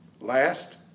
Last